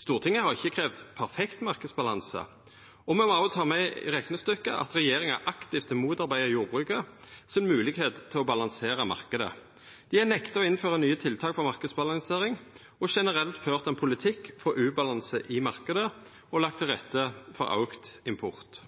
Stortinget har ikkje kravt perfekt marknadsbalanse. Og me må òg ta med i reknestykket at regjeringa aktivt har motarbeidd jordbruket si moglegheit til å balansera marknaden, dei har nekta å innføra nye tiltak for marknadsbalansering, generelt ført ein politikk for ubalanse i marknadene og lagt til rette for auka import.